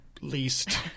least